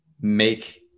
make